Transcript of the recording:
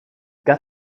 got